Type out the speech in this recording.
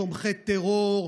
תומכי טרור,